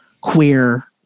queer